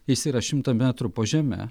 jis yra šimtą metrų po žeme